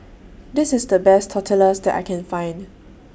This IS The Best Tortillas that I Can Find